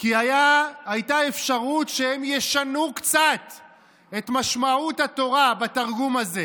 כי הייתה אפשרות שהם ישנו קצת את משמעות התורה בתרגום הזה.